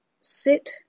Sit